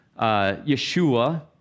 Yeshua